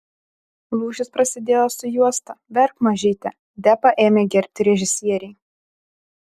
lūžis prasidėjo su juosta verk mažyte depą ėmė gerbti režisieriai